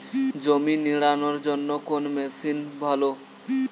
জমি নিড়ানোর জন্য কোন মেশিন ভালো?